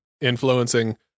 influencing